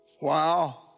Wow